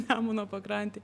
nemuno pakrantėj